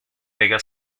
pega